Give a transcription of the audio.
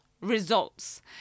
results